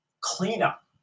Cleanup